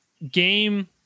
game